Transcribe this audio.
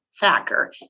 Thacker